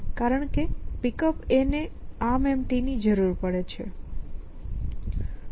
કારણ કે Pickup ને પણ ArmEmpty ની જરૂર પડે છે